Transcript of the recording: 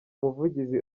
muvugizi